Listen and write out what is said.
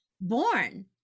born